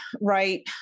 right